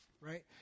right